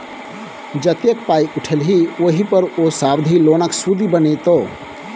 जतेक पाय उठेलही ओहि पर ओ सावधि लोनक सुदि बनितौ